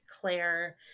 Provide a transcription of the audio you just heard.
Claire